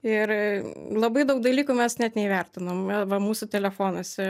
ir labai daug dalykų mes net neįvertinom va mūsų telefonuose